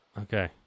Okay